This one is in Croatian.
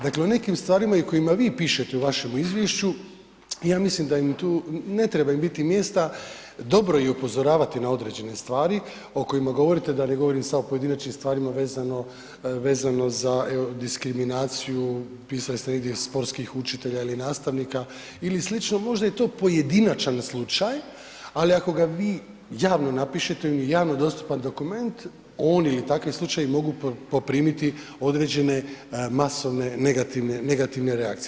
Dakle o nekim stvarima o kojima i vi pišete u vašemu izvješću ja mislim da im tu, ne treba im biti mjesta, dobro je i upozoravati na određene stvari o kojima govorite da ne govorim sad o pojedinačnim stvarima vezano za diskriminaciju, pisali ste negdje sportskih učitelja ili nastavnika ili slično, možda je to pojedinačan slučaj, ali ako ga vi javno napišete, on je javno dostupan dokument, on ili takvi slučajevi mogu poprimiti određene masovne negativne reakcije.